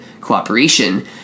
cooperation